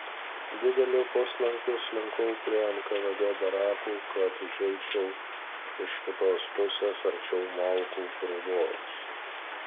dideliu puslankiu slinkau prie nkvd barakų kad užeičiau iš kitos pusės arčiau malkų krūvos